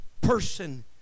person